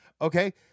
okay